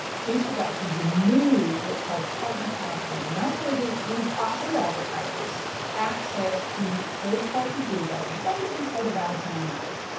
facebook actually removed what's called partner categories and that's where they gave us as advertisers access to third party data right inside of ads manager.